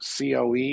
coe